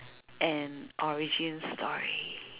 and origin story